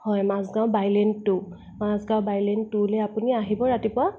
হয় Majgaon bylane two Majgaon bylane টুলৈ আপুনি আহিব ৰাতিপুৱা